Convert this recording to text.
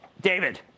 David